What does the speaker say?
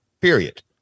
period